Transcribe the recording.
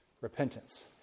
repentance